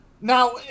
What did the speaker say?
Now